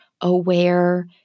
aware